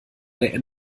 der